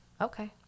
Okay